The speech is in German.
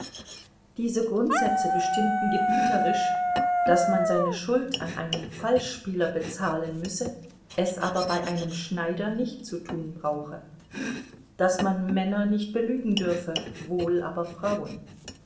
diese grundsätze bestimmten gebieterisch daß man seine schuld an einen falschspieler bezahlen müsse es aber bei einem schneider nicht zu tun brauche daß man männer nicht belügen dürfe wohl aber frauen